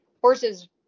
horses